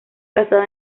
casado